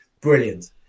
Brilliant